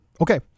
Okay